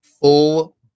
full